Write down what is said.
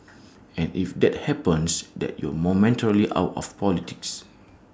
and if that happens then you're momentarily out of politics